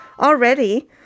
Already